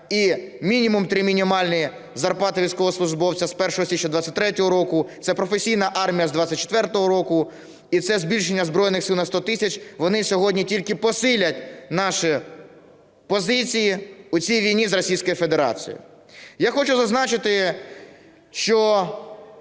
і мінімум три мінімальні зарплати військовослужбовця з 1 січня 2023 року; це професійна армія з 24-го року і це збільшення Збройних Сил на 100 тисяч, вони сьогодні тільки посилять наші позиції у цій війні з Російською Федерацією. Я хочу зазначити, що